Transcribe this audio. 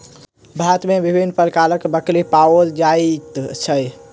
भारत मे विभिन्न प्रकारक बकरी पाओल जाइत छै